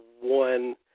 one